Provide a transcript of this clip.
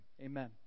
amen